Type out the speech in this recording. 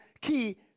key